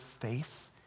faith